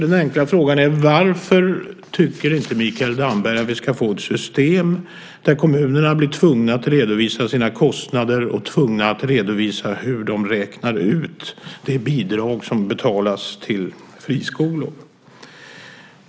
Den enkla frågan är: Varför tycker inte Mikael Damberg att vi ska få ett system där kommunerna blir tvungna att redovisa sina kostnader och hur de räknar ut de bidrag som betalas till friskolor?